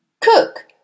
Cook